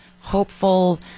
hopeful